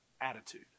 attitude